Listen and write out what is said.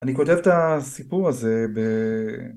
אני כותב את הסיפור הזה ב...